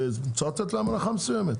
צריך לתת להם הנחה מסוימת,